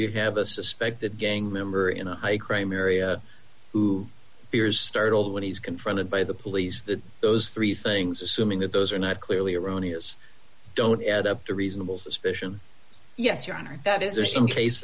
you have a suspect that gang member in a high crime area who appears startled when he is confronted by the police that those three things assuming that those are not clearly erroneous don't add up to reasonable suspicion yes your honor that is there some case